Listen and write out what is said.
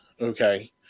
Okay